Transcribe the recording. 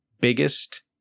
biggest